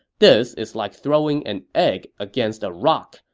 this is like throwing an egg against a rock.